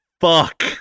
Fuck